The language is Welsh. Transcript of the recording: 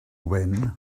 wyn